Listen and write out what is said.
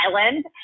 island